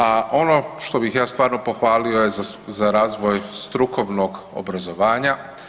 A ono što bih ja stvarno pohvalio je za razvoj strukovnog obrazovanja.